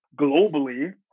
Globally